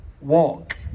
walk